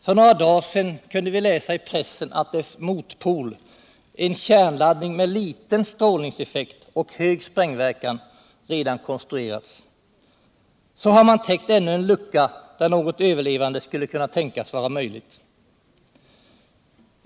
För några dagar sedan kunde vi läsa i pressen att dess motpol, en kärnladdning med Jtiten strålningseffekt och hög sprängverkan, redan konstruerats. Så har man täckt ännu en lucka där något överlevande skulle kunna tänkas vara möjligt.